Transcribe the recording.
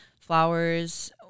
flowers